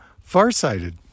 farsighted